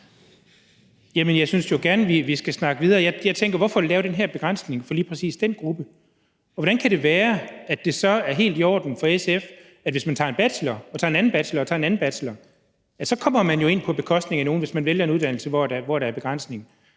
jeg synes jo godt, at vi kan snakke videre. Jeg tænker: Hvorfor lave den her begrænsning for lige præcis den gruppe? Og hvordan kan det være, at det så er helt i orden for SF, hvis det handler om en, der tager mere end en bachelor? Hvis man tager en bachelor og tager en bachelor mere og tager en bachelor mere, så kommer man jo ind på bekostning af nogle, hvis man vælger en uddannelse, hvor der er begrænsning.